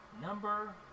number